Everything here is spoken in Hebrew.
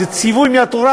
איזה ציווי מהתורה,